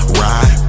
ride